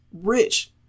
Rich